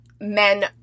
men